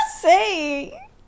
say